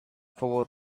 four